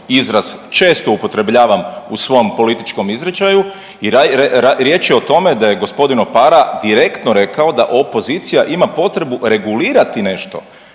izraz često upotrebljavam u svom političkom izričaju i riječ je o tome da je gospodin Opara direktno rekao da opozicija ima potrebu regulirati nešto.